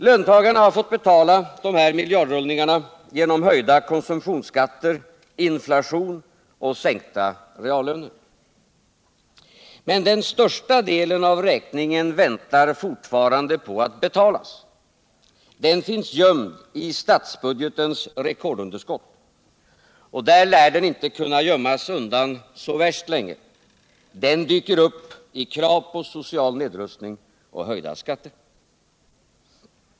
Löntagarna har fått betala de här miljardrullningarna genom höjda konsumtionsskatter, inflation och sänkta reallöner. Men den största delen av räkningen väntar fortfarande på att betalas. Den finns gömd i statsbudgetens rekordunderskott. Och där lär den inte kunna gömmas undan så värst länge. Den dyker upp i krav på social nedrustning och höjda skatter.